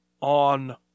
on